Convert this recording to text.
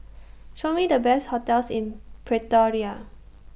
Show Me The Best hotels in Pretoria